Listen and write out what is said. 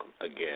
again